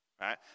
Right